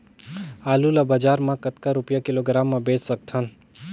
आलू ला बजार मां कतेक रुपिया किलोग्राम म बेच सकथन?